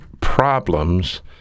problems